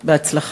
בהצלחה.